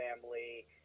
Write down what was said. family